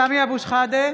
סמי אבו שחאדה,